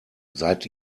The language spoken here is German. seid